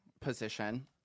position